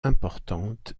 importante